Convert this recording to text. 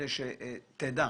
כדאי שתדע